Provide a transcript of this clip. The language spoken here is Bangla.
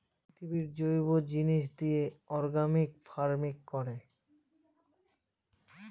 প্রাকৃতিক জৈব জিনিস দিয়ে অর্গানিক ফার্মিং করে